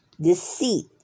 deceit